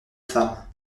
femme